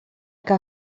que